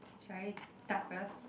shall I start first